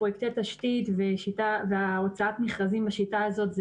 פרויקטי תשתית והוצאת מכרזים בשיטה הזו זה